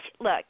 look